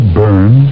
burn